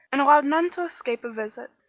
and allowed none to escape a visit.